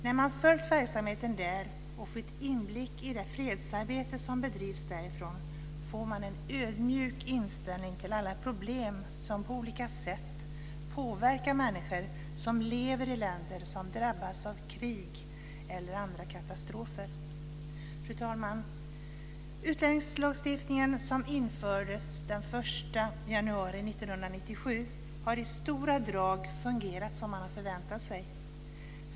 När man följt verksamheten där och fått inblick i det fredsarbete som bedrivs därifrån får man en ödmjuk inställning till alla problem som på olika sätt påverkar människor som lever i länder som drabbas av krig eller andra katastrofer. Fru talman! Utlänningslagstiftningen som infördes den 1 januari 1997 har i stora drag fungerat som man har förväntat sig.